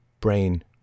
brain